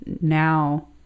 now